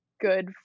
good